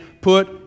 Put